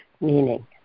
meaning